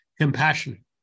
compassionate